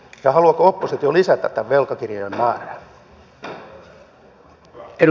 ja haluaako oppositio lisätä tämän velkakirjan määrää